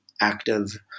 active